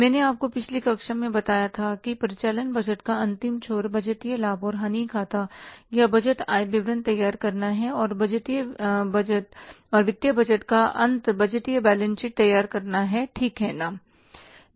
मैंने आपको पिछली कक्षा में बताया था कि परिचालन बजट का अंतिम छोर बजटीय लाभ और हानि खाता या बजट आय विवरण तैयार करना है और वित्तीय बजट का अंत बजटीय बैलेंस शीट तैयार करना है ठीक है ना